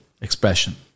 expression